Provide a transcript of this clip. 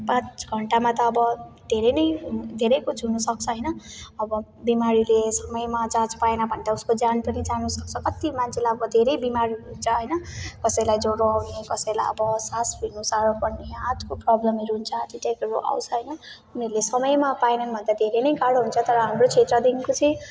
पाँच घन्टामा त अब धेरै नै धेरै कुछ हुनसक्छ होइन अब बिमारीले समयमा जाँच पाएन भने त उसको ज्यान पनि जानसक्छ अ ती मान्छेलाई अब धेरै बिमारी हुन्छ होइन कसैलाई ज्वरो आउने कसैलाई अब सास फेर्न साह्रो पर्ने हार्टको प्रब्लमहरू हुन्छ हार्टएटेकहरू आउँछ होइन उनीहरूले समयमा पाएनन् भने त धेरै नै गाह्रो हुन्छ तर हाम्रो क्षेत्रदेखिको चाहिँ